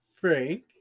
Frank